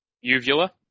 Uvula